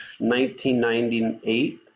1998